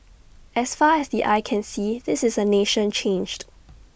as far as the eye can see this is A nation changed